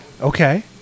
Okay